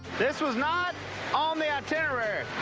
this was not on the itinerary.